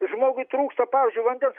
žmogui trūksta pavyzdžiui vandens